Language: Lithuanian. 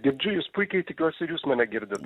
girdžiu jus puikiai tikiuosi ir jūs mane girdit